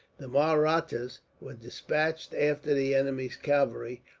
the mahrattas were despatched after the enemy's cavalry,